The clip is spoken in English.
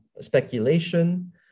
speculation